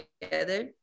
together